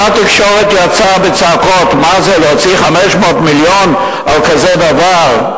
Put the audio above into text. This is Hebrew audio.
אותה תקשורת יצאה בצעקות: מה זה להוציא 500 מיליון על כזה דבר?